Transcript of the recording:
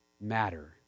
matter